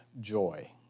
joy